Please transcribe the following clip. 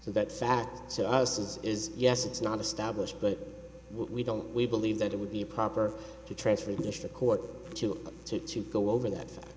so that's sad so our sense is yes it's not established but we don't we believe that it would be proper to transfer this to court to to to go over that